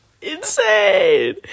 insane